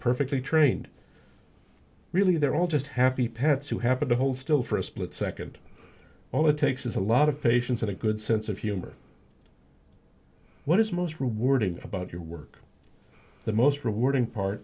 perfectly trained really they're all just happy pets who happen to hold still for a split second all it takes is a lot of patience and a good sense of humor what is most rewarding about your work the most rewarding part